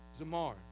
Zamar